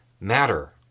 matter